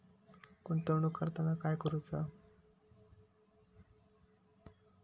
गुंतवणूक करताना काय करुचा?